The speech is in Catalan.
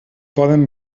poden